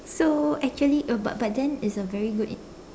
so actually uh but but then it's a very good in~